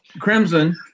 crimson